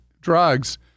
drugs